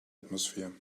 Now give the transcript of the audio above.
atmosphere